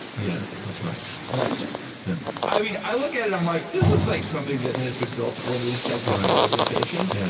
yeah, that's right enough said yeah i mean, i look at it, i'm like, this looks like something that has been built at one of these gigantic organizations. yeah